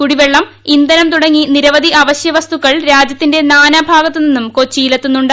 കുടിവെള്ളം ഇന്ധനം തുടങ്ങി നിരവധി അവശ്യവസ്തുക്കൾ രാജ്യത്തിന്റെ നാനാ ഭാഗത്ത് നിന്നും കൊച്ചിയിൽ എത്തുന്നുണ്ട്